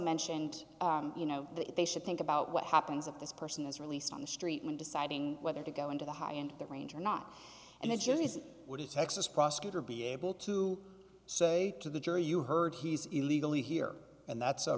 mentioned you know that they should think about what happens if this person is released on the street when deciding whether to go into the high end of the range or not and the juries would it texas prosecutor be able to say to the jury you heard he's illegally here and that's